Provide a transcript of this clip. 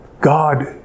God